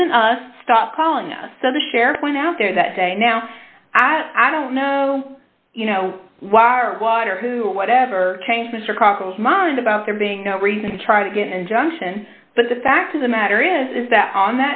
isn't us stop calling us so the share point out there that day now i don't know you know why our water who or whatever change mr cockles mind about there being no reason to try to get an injunction but the fact of the matter is that on